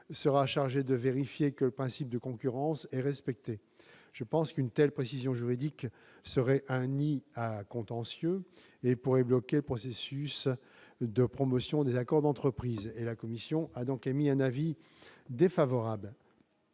la commission a émis un avis défavorable